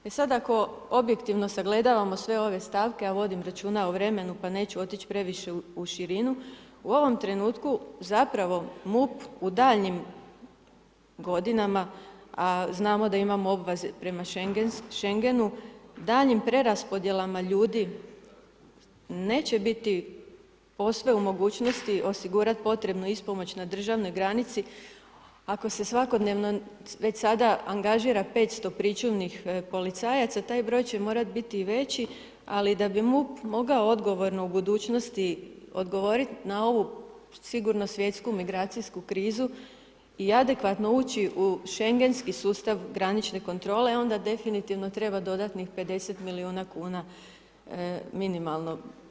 E sad ako objektivno sagledavamo sve ove stavke, ja vodim računa o vremenu pa neću otić previše u širinu, u ovom trenutku zapravo MUP u daljnjim godinama, a znamo da imamo obvezu prema Šengenu daljnjim preraspodjelama ljudi neće biti posve u mogućnosti osigurat potrebnu ispomoć na državnoj granici ako se svakodnevno već sada angažira 500 pričuvnih policajaca taj broj će morat biti i veći, ali da bi MUP mogao odgovorno u budućnosti odgovorit na ovu sigurno svjetsku migracijsku krizu i adekvatno ući u Šengenski sustav granične kontrole onda definitivno treba dodatnih 50 milijuna kuna minimalno.